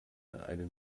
einen